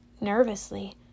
nervously